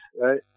right